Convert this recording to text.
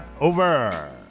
over